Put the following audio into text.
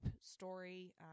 story